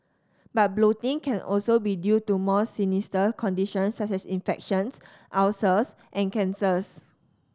but bloating can also be due to more sinister conditions such as infections ulcers and cancers